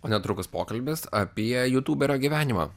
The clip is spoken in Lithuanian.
o netrukus pokalbis apie jutuberio gyvenimą